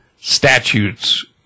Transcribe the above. statutes